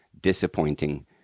disappointing